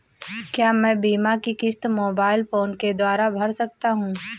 क्या मैं बीमा की किश्त मोबाइल फोन के द्वारा भर सकता हूं?